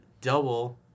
double